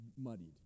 muddied